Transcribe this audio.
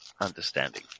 understanding